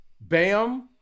Bam